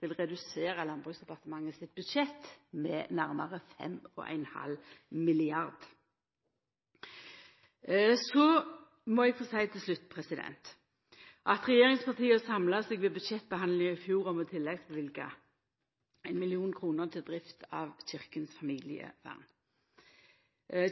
vil redusera Landbruksdepartementet sitt budsjett med nærmare 5,5 mrd. kr. Så må eg få seia til slutt at regjeringspartia samla seg ved budsjettbehandlinga i fjor om å tilleggsløyva 1 mill. kr til drift av Kirkens Familievern.